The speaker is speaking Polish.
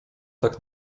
tak